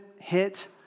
hit